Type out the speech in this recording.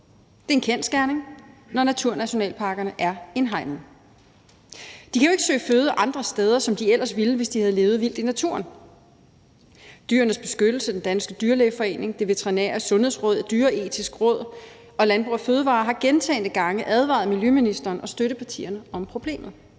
Det er en kendsgerning, når naturnationalparkerne er indhegnede, for de kan jo ikke søge føde andre steder, som de ellers ville, hvis de havde levet vildt i naturen. Dyrenes Beskyttelse, Den Danske Dyrlægeforening, Det Veterinære Sundhedsråd, Det Dyreetiske Råd og Landbrug & Fødevarer har gentagne gange advaret miljøministeren og støttepartierne om problemet.